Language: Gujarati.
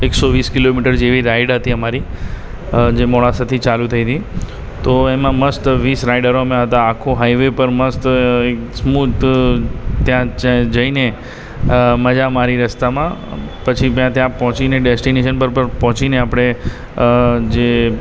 એક સો વીસ કિલોમીટર જેવી રાઇડ હતી અમારી જે મોડાસાથી ચાલું થઇ હતી તો એમાં મસ્ત વીસ રાઇડરો અમે હતા આખો હાઇવે પર મસ્ત એક સ્મૂથ ત્યાં જઇને મજા મારી રસ્તામાં પછી બા ત્યાં પહોંચીને ડેસ્ટિનેશન પર પહોંચીને આપણે જે